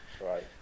Right